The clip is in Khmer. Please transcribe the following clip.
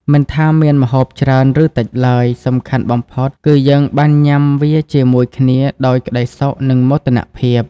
មិនថាមានម្ហូបច្រើន ឬតិចឡើយ សំខាន់បំផុតគឺយើងបានញ៉ាំវាជាមួយគ្នាដោយក្ដីសុខ និងមោទនភាព។